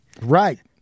right